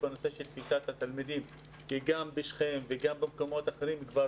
בנושא של תפיסת התלמידים כי גם בשכם וגם במקומות אחרים כבר